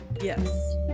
Yes